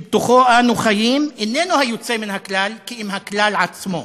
שבתוכו אנו חיים איננו היוצא מן הכלל כי אם הכלל עצמו.